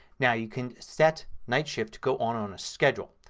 now you can set nightshift to go on on a schedule.